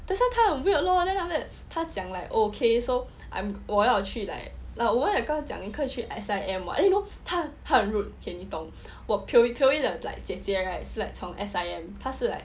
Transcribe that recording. that's why 他很 weird lor then after that 他讲 like okay so I'm 我要去 like like 我也刚讲你可以去 S_I_M [what] you know 他很 rude okay 你懂 pio yee 的姐姐 right 是从 S_I_M 他是 like